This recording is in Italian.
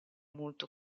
molto